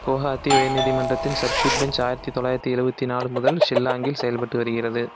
கவுஹாத்தி உயர்நீதிமன்றத்தின் circuit bench ஆயிரத்து தொள்ளாயிரத்து எழுபத்தி நாலு முதல் ஷில்லாங்கில் செயல்பட்டு வருகிறது